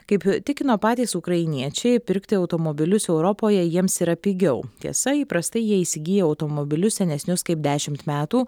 kaip tikino patys ukrainiečiai pirkti automobilius europoje jiems yra pigiau tiesa įprastai jie įsigyja automobilius senesnius kaip dešimt metų